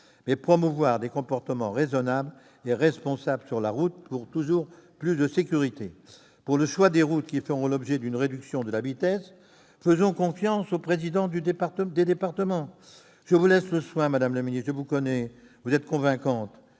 de promouvoir des comportements raisonnables et responsables sur la route, pour toujours plus de sécurité. Quant au choix des routes qui feront l'objet d'une réduction de la vitesse, faisons confiance aux présidents de département ! Madame la ministre, je vous connais, vous êtes convaincante.